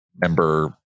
member